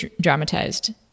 dramatized